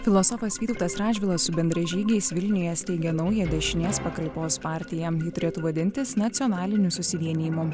filosofas vytautas radžvilas su bendražygiais vilniuje steigia naują dešinės pakraipos partiją ji turėtų vadintis nacionaliniu susivienijimu